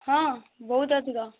ହଁ ବହୁତ ଅଧିକ